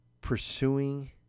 pursuing